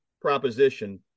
proposition